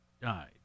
died